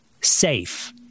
safe